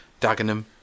Dagenham